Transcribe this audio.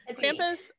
campus